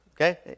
Okay